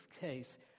case